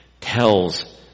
tells